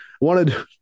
wanted